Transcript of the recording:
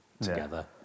together